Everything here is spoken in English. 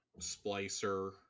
Splicer